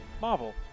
Marvel